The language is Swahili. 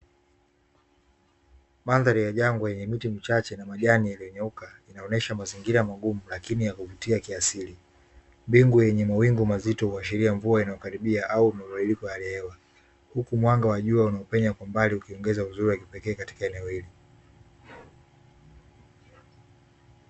Mandhari ya jangwa yenye miti michache na majani yaliyonyauka inaonesha mazingira magumu lakini ya kuvutia kiasiri, mbingu yenye mawingu mazito kuashiria mvua inayokaribia au uharibifu wa hali ya hewa huku mwanga wa jua unaaopenya kwa mbali ukiongeza uzuri katika eneo hilo.